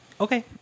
Okay